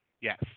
Yes